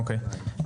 אוקיי.